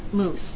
move